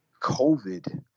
COVID